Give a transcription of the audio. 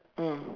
mm